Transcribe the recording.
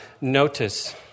notice